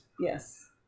Yes